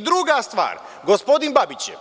Druga stvar, gospodin Babić je,